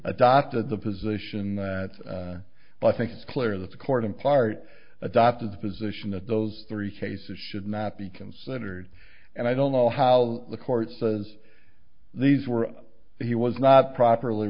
adopted the position that i think it's clear that the court in part adopted the position that those three cases should not be considered and i don't know how the court says these were up he was not properly